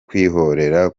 kwihorera